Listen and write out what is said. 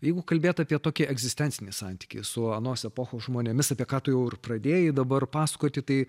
jeigu kalbėt apie tokį egzistencinį santykį su anos epochos žmonėmis apie ką tu jau ir pradėjai dabar pasakoti tai